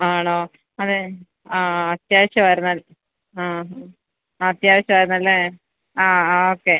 ആണോ അതെ ആ ആ അത്യാവശ്യമായിരുന്നത് ആ അത്യാവശ്യം ആയിരുന്നല്ലേ ആ ആ ഓക്കെ